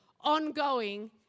ongoing